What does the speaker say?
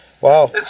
wow